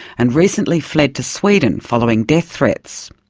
and recently fled to sweden, following death threats.